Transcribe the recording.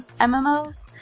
MMOs